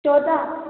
चौदह